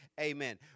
amen